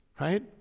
right